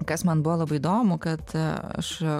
kas man buvo labai įdomu kad aš